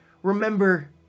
Remember